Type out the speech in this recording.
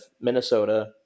Minnesota